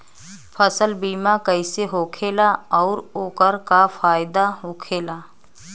फसल बीमा कइसे होखेला आऊर ओकर का फाइदा होखेला?